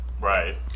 right